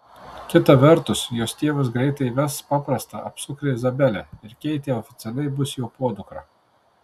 kita vertus jos tėvas greitai ves paprastą apsukrią izabelę ir keitė oficialiai bus jo podukra